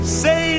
say